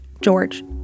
George